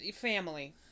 family